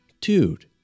dude